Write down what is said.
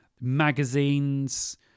magazines